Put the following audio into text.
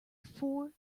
four